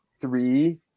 three